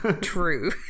true